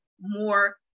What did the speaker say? more